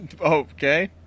Okay